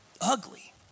Ugly